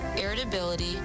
irritability